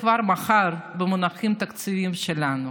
שבמונחים תקציביים שלנו